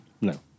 No